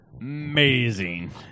amazing